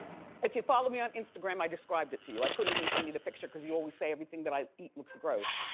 if you follow me on instagram, i described it to you. i couldn't even send you the picture cause you always say everything that i eat looks gross.